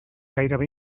gairebé